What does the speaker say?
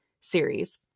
series